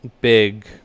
big